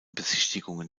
besichtigungen